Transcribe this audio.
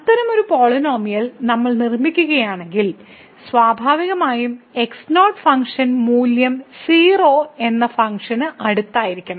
അത്തരമൊരു പോളിനോമിയൽ നമ്മൾ നിർമ്മിക്കുകയാണെങ്കിൽ സ്വാഭാവികമായും x0 ഫംഗ്ഷൻ മൂല്യം 0 എന്ന ഫംഗ്ഷന് അടുത്തായിരിക്കണം